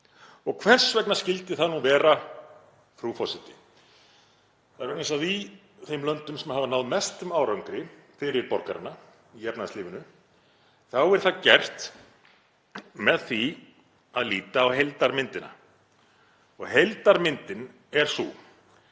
Og hvers vegna skyldi það nú vera, frú forseti? Vegna þess að í þeim löndum sem hafa náð mestum árangri fyrir borgarana í efnahagslífinu þá er það gert með því að líta á heildarmyndina. Heildarmyndin er sú